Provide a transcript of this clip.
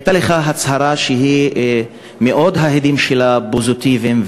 הייתה לך הצהרה שההדים שלה מאוד פוזיטיביים,